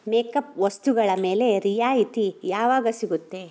makeup ವಸ್ತುಗಳ ಮೇಲೆ ರಿಯಾಯಿತಿ ಯಾವಾಗ ಸಿಗುತ್ತೆ